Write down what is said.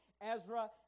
Ezra